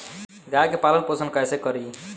गाय के पालन पोषण पोषण कैसे करी?